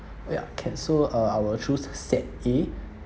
ya can so uh I will choose set A